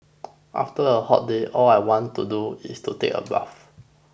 after a hot day all I want to do is to take a bath